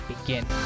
begin